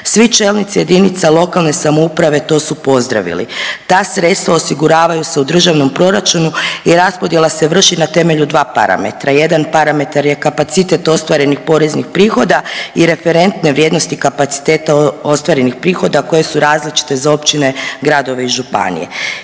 Svi čelnici jedinica lokalne samouprave to su pozdravili. Ta sredstva osiguravaju se u Državom proračunu i raspodjela se vrši na temelju dva parametra. Jedan parametar je kapacitet ostvarenih poreznih prihoda i referentne vrijednosti kapaciteta ostvarenih prihoda koje su različite za općine, gradove i županije.